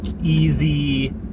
easy